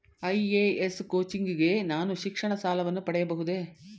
IAS coaching ಗೆ ನಾನು ಶಿಕ್ಷಣ ಸಾಲವನ್ನು ಪಡೆಯಬಹುದೇ?